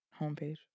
homepage